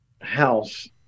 house